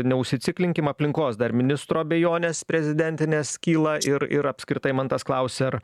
neužsiciklinkim aplinkos dar ministro abejonės prezidentinės kyla ir ir apskritai mantas klausia ar